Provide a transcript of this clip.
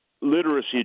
literacy